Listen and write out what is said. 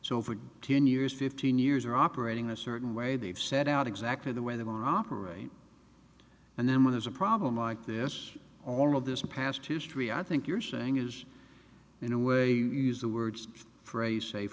so for ten years fifteen years or operating a certain way they've set out exactly the way they want to operate and then when there's a problem like this all of this past history i think you're saying is in a way use the words